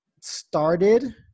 started